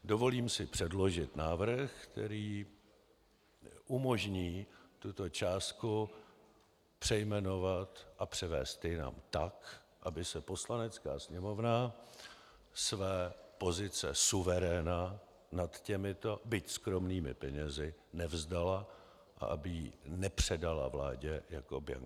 Dovolím si předložit návrh, který umožní tuto částku přejmenovat a převézt jinam tak, aby se Poslanecká sněmovna své pozice suveréna nad těmito, byť skromnými, penězi nevzdala a aby ji nepředala vládě jako bianco šek.